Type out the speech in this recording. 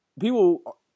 people